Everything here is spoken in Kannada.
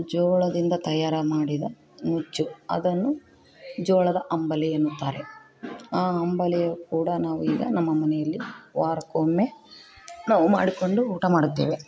ಜೋಳದಿಂದ ತಯಾರು ಮಾಡಿದ ನುಚ್ಚು ಅದನ್ನು ಜೋಳದ ಅಂಬಲಿ ಎನ್ನುತ್ತಾರೆ ಆ ಅಂಬಲಿಯು ಕೂಡ ನಾವು ಈಗ ನಮ್ಮ ಮನೆಯಲ್ಲಿ ವಾರಕ್ಕೊಮ್ಮೆ ನಾವು ಮಾಡಿಕೊಂಡು ಊಟ ಮಾಡುತ್ತೇವೆ